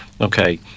okay